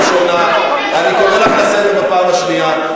אני קורא אותך לסדר בפעם השנייה.